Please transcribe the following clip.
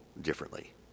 differently